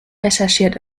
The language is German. recherchiert